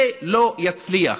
זה לא יצליח.